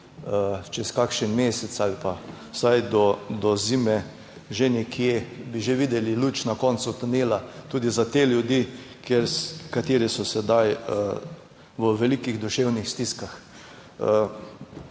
čez kakšen mesec ali pa vsaj do zime že nekje, bi že videli luč na koncu tunela tudi za te ljudi, kateri so sedaj v velikih duševnih stiskah.